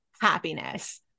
happiness